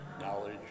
knowledge